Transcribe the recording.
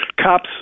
cops